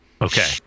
Okay